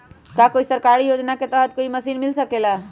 का कोई सरकारी योजना के तहत कोई मशीन मिल सकेला?